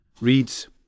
reads